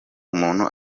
umuntu